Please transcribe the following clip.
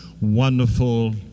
wonderful